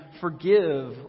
forgive